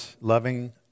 loving